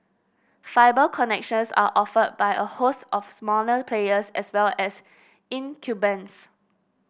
fibre connections are offered by a host of smaller players as well as incumbents